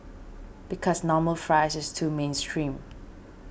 because normal fries is too mainstream